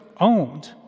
owned